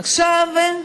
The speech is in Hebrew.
עכשיו,